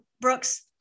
Brooks